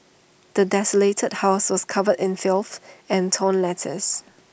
the desolated house was covered in filth and torn letters